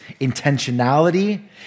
intentionality